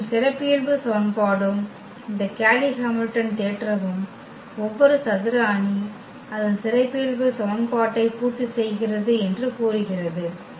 மேலும் சிறப்பியல்பு சமன்பாடும் இந்த கேய்லி ஹாமில்டன் தேற்றமும் ஒவ்வொரு சதுர அணி அதன் சிறப்பியல்பு சமன்பாட்டை பூர்த்தி செய்கிறது என்று கூறுகிறது